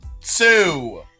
two